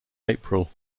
april